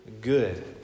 good